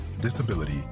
disability